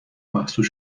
محصور